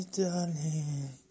darling